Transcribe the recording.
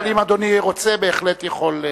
אבל אם אדוני רוצה הוא בהחלט יכול לענות.